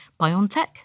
BioNTech